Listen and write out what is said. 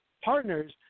partners